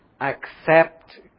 accept